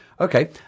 Okay